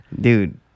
Dude